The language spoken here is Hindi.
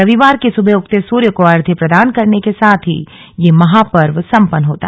रविवार की सुबह उगते सूर्य को अर्घ्य प्रदान करने के साथ ही यह महापर्व संपन्न होगा